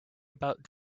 about